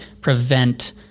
prevent